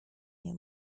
nie